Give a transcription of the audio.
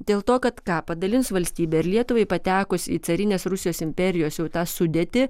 dėl to kad ką padalins valstybę ir lietuvai patekus į carinės rusijos imperijos jau tą sudėtį